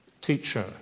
teacher